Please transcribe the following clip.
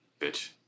bitch